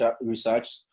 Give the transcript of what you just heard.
research